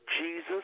Jesus